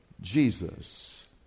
jesus